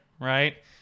right